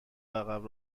عقب